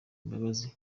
imbabazi